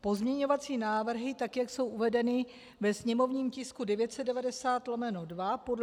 pozměňovací návrhy, jak jsou uvedeny ve sněmovním tisku 990/2 podle procedury.